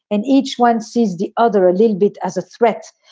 and each one sees the other a little bit as a threat.